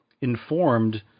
informed